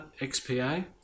XPA